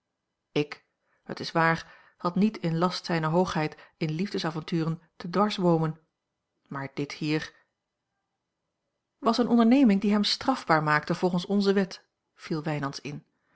ik het is waar had niet in last zijne hoogheid in liefdesavonturen te dwarsboomen maar dit hier was eene onderneming die hem strafbaar maakte volgens onze wet viel wijnands in